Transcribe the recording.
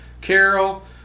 Carol